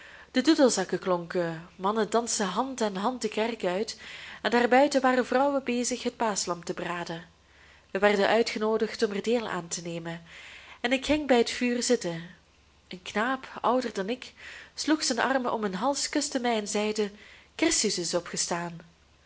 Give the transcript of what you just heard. de doedelzakken klonken mannen dansten hand aan hand de kerk uit en daarbuiten waren vrouwen bezig het paaschlam te braden wij werden uitgenoodigd om er deel aan te nemen en ik ging bij het vuur zitten een knaap ouder dan ik sloeg zijn armen om mijn hals kuste mij en zeide christus is opgestaan